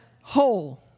whole